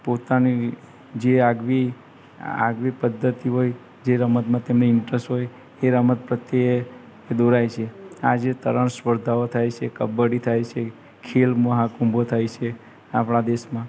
પોતાની જે આગવી આગવી પદ્ધતિ હોય જે રમતમાં તેમને ઇન્ટરેસ્ટ હોય તે રમત પ્રત્યે એ દોરાય છે આ જે તરણ સ્પર્ધાઓ થાય છે કબ્બડી થાય છે ખેલ મહાકુંભો થાય સે આપણા દેશમાં